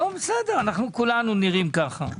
כולנו נראים ככה.